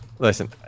Listen